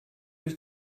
euch